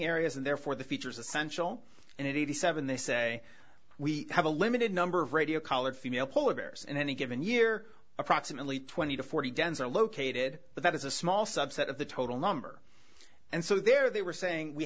areas and therefore the features essential and in eighty seven they say we have a limited number of radio collared female polar bears in any given year approximately twenty to forty dens are located but that is a small subset of the total number and so there they were saying we